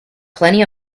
plenty